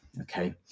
Okay